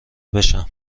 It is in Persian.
بشم